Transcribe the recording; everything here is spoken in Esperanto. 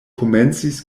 komencis